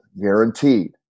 guaranteed